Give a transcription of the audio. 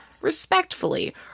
respectfully